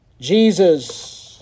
Jesus